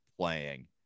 playing